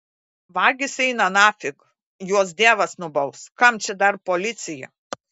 vagys eina nafig juos dievas nubaus kam čia dar policija